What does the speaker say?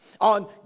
on